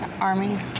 army